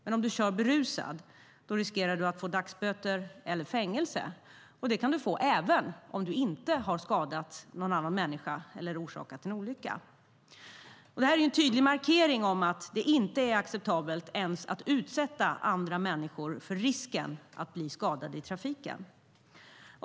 Men om du kör berusad riskerar du dagsböter eller fängelse, och det kan du få även om du inte har skadat någon annan människa eller orsakat någon olycka. Det är en tydlig markering att det inte är acceptabelt ens att utsätta andra människor för risken att bli skadade i trafiken.